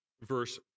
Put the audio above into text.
verse